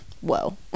Whoa